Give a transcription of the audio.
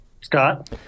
Scott